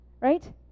Right